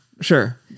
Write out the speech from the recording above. Sure